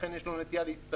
לכן יש לו נטייה להצטבר.